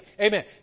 amen